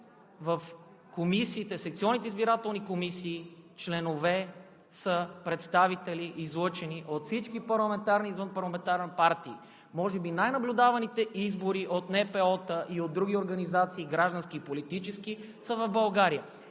в комисиите, в секционните избирателни комисии членове са представители, излъчени от всички парламентарни и извънпарламентарни партии. Може би най наблюдаваните избори от НПО-та и от други организации, граждански и политически, са в България.